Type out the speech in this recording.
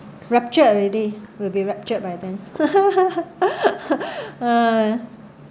ruptured already will be ruptured by then uh